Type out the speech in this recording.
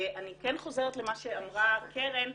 ואני כן חוזרת למה שאמרה קרן,